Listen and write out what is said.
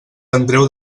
andreu